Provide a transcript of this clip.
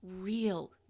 real